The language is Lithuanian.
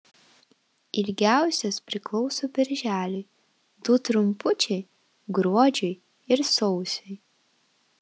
ilgiausias priklauso birželiui du trumpučiai gruodžiui ir sausiui